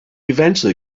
eventually